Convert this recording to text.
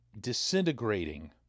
disintegrating